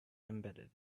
embedded